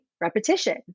repetition